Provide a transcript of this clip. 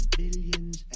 billions